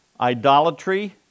idolatry